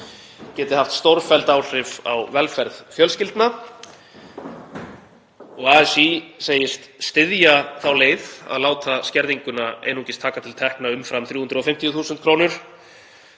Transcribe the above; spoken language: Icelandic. geti haft stórfelld áhrif á velferð fjölskyldna. ASÍ segist styðja þá leið að láta skerðinguna einungis taka til tekna umfram 350.000 kr.